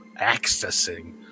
accessing